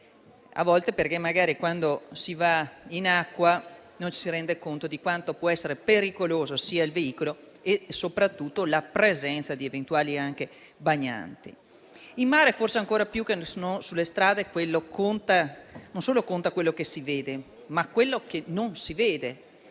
a volte perché magari, quando si va in acqua, non ci si rende conto di quanto possa essere pericoloso il veicolo, soprattutto in presenza di eventuali bagnanti. In mare, forse ancora più che sulle strade, conta non solo quello che si vede, ma anche quello che non si vede,